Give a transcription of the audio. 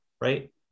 right